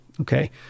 Okay